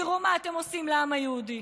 תראו מה אתם עושים לעם היהודי.